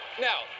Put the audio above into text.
Now